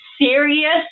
serious